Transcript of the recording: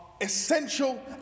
essential